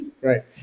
Right